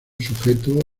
sujeto